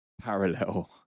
parallel